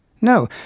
No